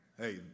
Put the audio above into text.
hey